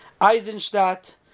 Eisenstadt